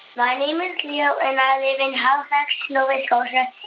my name is leo, and i live in halifax, nova scotia,